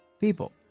people